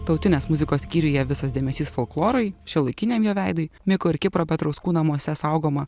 tautinės muzikos skyriuje visas dėmesys folklorui šiuolaikiniam jo veidui miko ir kipro petrauskų namuose saugoma